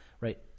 right